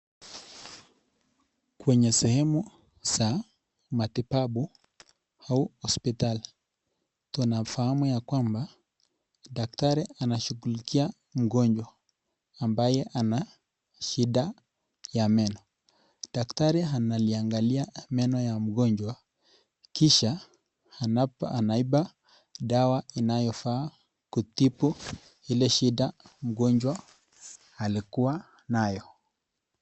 Kwenye sehemu za matibabu huu hospitali, tunafahamu ya kwamba ,daktari anashughulikia mgonjwa ambaye ana shinda ya meno. Daktari analiangalia meno ya mgonjwa kisha anaipa dawa inayofaa kutibu ile shinda mgonjwa alikua nayo.